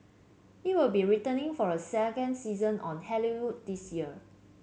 it will be returning for a second season on Halloween this year